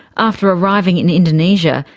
after arriving in indonesia,